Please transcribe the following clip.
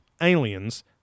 aliens